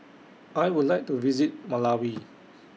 I Would like to visit Malawi